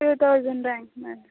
two thousand rank madam